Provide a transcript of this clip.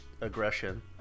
aggression